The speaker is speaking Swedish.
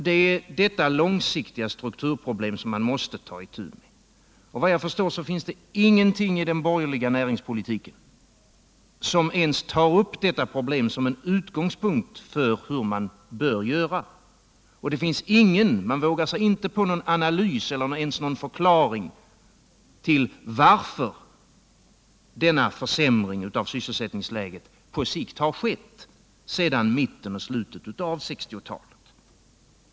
Det är detta långsiktiga strukturproblem som man måste ta itu med. Vad jag förstår finns det ingenting i den borgerliga näringspolitiken som ens tar upp detta problem som en utgångspunkt för hur man bör göra. Man vågar sig inte på en analys eller ens en förklaring till varför denna försämring av sysselsättningsläget har skett sedan mitten och slutet av 1960-talet.